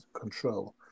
control